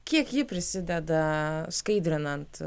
kiek ji prisideda skaidrinant